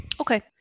Okay